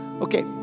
Okay